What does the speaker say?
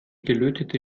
gelötete